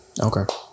Okay